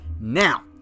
Now